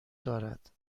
دارد